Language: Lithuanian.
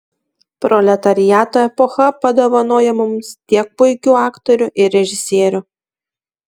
proletariato epocha padovanojo mums tiek puikių aktorių ir režisierių